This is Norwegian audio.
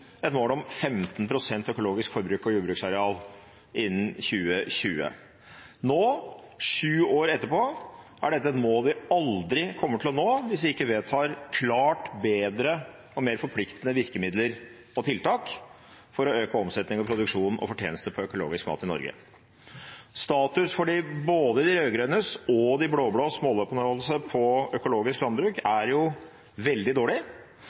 etterpå, er dette et mål vi aldri kommer til å nå, hvis vi ikke vedtar klart bedre og mer forpliktende virkemidler og tiltak for å øke omsetning, produksjon og fortjeneste på økologisk mat i Norge. Status for både de rød-grønnes og de blå-blås måloppnåelse når det gjelder økologisk landbruk, er veldig dårlig,